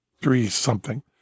three-something